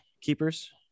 keepers